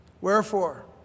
wherefore